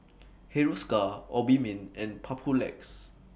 Hiruscar Obimin and Papulex